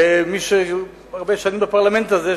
כמי שהוא הרבה שנים בפרלמנט הזה,